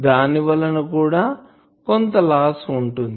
దాని వలన కూడా కొంత లాస్ ఉంటుంది